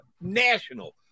national